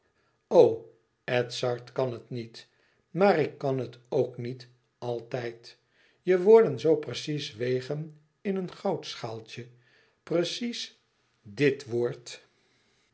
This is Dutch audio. edzard kan het niet maar ik kan het ok niet altijd je woorden zoo precies wegen in een goudschaaltje precies dt woord